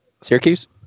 Syracuse